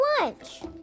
lunch